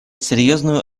серьезную